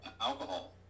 alcohol